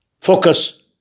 focus